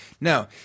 no